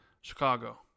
Chicago